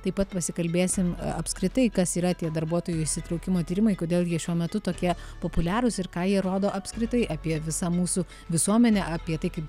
taip pat pasikalbėsim apskritai kas yra tie darbuotojų įsitraukimo tyrimai kodėl jie šiuo metu tokie populiarūs ir ką jie rodo apskritai apie visą mūsų visuomenę apie tai kaip